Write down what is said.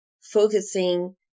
Focusing